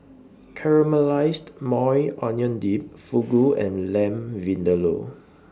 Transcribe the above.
Caramelized Maui Onion Dip Fugu and Lamb Vindaloo